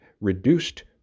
reduced